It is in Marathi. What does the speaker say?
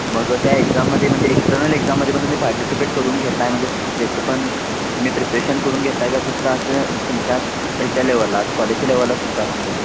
मग त्या एक्झाममध्ये म्हणजे एक्स्टनल एक्झाममध्ये पण तुम्ही पार्टिसिपेट करून घेत आहे म्हणजे त्याचं पण तुम्ही प्रिप्रेशन करून घेत आहे का फक्त असं तुमच्या ह्याच्या लेवललाच कॉलेजच्या लेवलला तुमचं असतं आहे